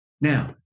Now